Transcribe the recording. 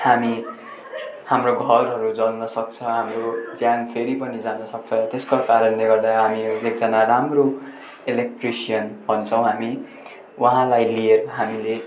हामी हाम्रो घरहरू जल्नसक्छ हाम्रो ज्यान फेरि पनि जान सक्छ त्यसको कारणले गर्दा हामीले एकजना राम्रो इलेक्ट्रिसियन भन्छौँ हामी उहाँलाई लिएर हामीले